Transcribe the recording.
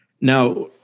Now